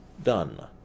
Done